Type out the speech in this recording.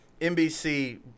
nbc